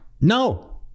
No